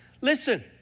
Listen